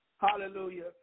Hallelujah